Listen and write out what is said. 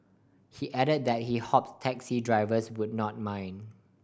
he added that he hoped taxi drivers would not mind